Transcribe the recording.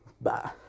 Bye